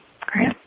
great